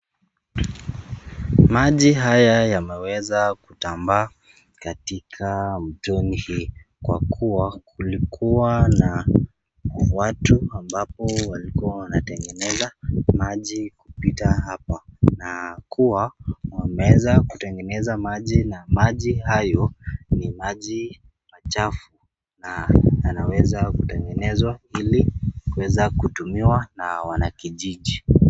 Maji haya yameweza kutambaa katika mtoni hii kwa kuwa kulikuwa na watu ambapo walikuwa wanatengeneza maji kupita hapa na kuwa wameweza kutengeneza maji na maji hayo ni maji machafu na yanaweza kutengezwa ili kuweza kutumiwa na wanakijiji.